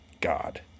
God